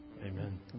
Amen